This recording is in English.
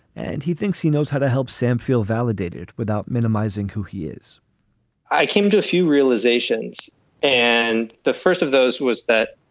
and he thinks he knows how to help sam feel validated without minimizing who he is i came to a few realizations and the first of those was that.